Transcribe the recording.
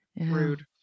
Rude